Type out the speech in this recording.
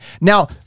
Now